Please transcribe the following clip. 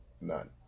none